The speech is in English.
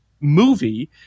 movie